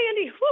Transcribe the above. Andy